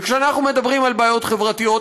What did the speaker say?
וכשאנחנו מדברים על בעיות חברתיות,